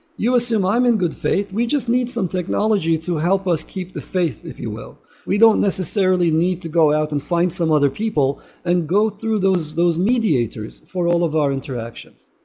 you assume i'm in good faith, we just need some technology to help us keep the faith, if you will we don't necessarily need to go out and find some other people and go through those those mediators for all of our interactions.